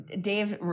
dave